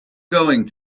going